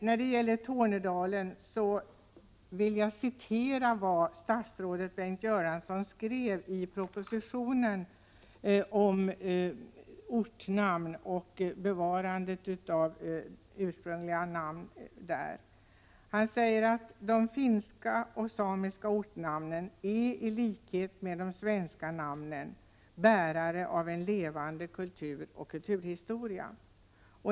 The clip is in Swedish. När det gäller Tornedalen vill jag citera vad statsrådet Bengt Göransson skrevi propositionen om ortnamn och bevarande av ursprungliga namn. Han skriver: ”De finska och samiska ortnamnen är i likhet med de svenska namnen bärare av en levande kultur och kulturhistoria.